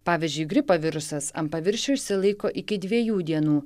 pavyzdžiui gripo virusas ant paviršių išsilaiko iki dviejų dienų